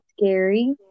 Scary